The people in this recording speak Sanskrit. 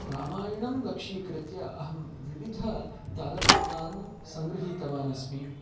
रामायणं लक्षीकृत्य अहं विविधान् तालपत्रान् सङ्गृहीतवान् अस्मि